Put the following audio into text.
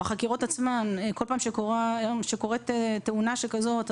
בחקירות עצמן כול פעם שקורית תאונה שכזאת,